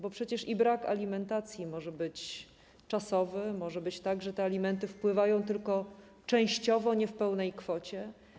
Bo przecież i brak alimentacji może być czasowy, może być tak, że alimenty wpływają tylko częściowo, nie w pełnej kwocie.